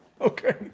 Okay